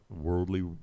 worldly